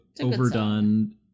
overdone